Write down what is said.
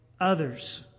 others